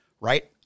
right